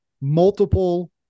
multiple